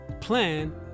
plan